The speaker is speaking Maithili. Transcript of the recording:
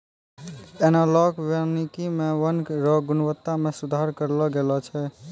एनालाँक वानिकी मे वन रो गुणवत्ता मे सुधार करलो गेलो छै